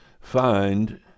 find